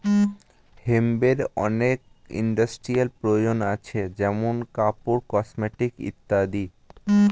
হেম্পের অনেক ইন্ডাস্ট্রিয়াল প্রয়োজন আছে যেমন কাপড়, কসমেটিকস ইত্যাদি